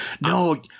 No